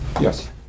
Yes